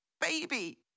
baby